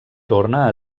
torna